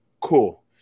Cool